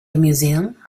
museum